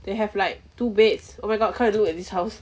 they have like two beds oh my god come and look at this house